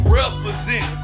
represent